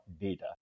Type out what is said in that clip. data